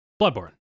Bloodborne